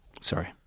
Sorry